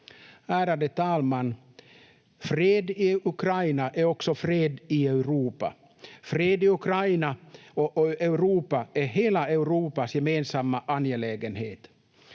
Ärade talman! Fred i Ukraina är också fred i Europa. Fred i Ukraina och Europa är hela Europas gemensamma angelägenhet.